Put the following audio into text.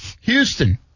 Houston